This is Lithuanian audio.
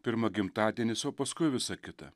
pirma gimtadienis o paskui visa kita